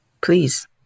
please